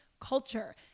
culture